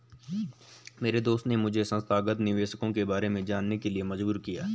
मेरे दोस्त ने मुझे संस्थागत निवेशकों के बारे में जानने के लिए मजबूर किया